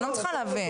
אני לא מצליחה להבין.